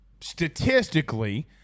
statistically